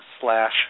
slash